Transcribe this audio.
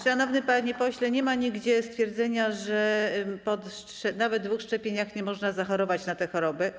Szanowny panie pośle, nie ma nigdzie stwierdzenia, że nawet po dwóch szczepieniach nie można zachorować na tę chorobę.